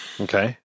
Okay